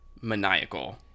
maniacal